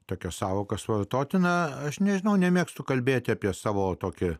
tokios sąvokos vartotina aš nežinau nemėgstu kalbėti apie savo tokia